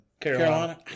Carolina